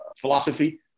philosophy